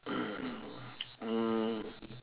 um